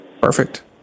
perfect